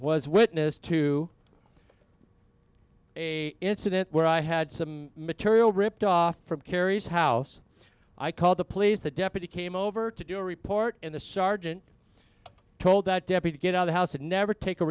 was witness to a incident where i had some material ripped off from kerry's house i called the police the deputy came over to do a report and the sergeant told that deputy get out the house and never take a